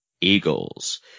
Eagles